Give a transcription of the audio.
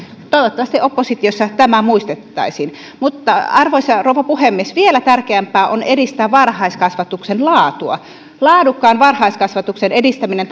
toivottavasti oppositiossa tämä muistettaisiin mutta arvoisa rouva puhemies vielä tärkeämpää on edistää varhaiskasvatuksen laatua laadukkaan varhaiskasvatuksen edistäminen